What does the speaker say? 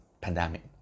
pandemic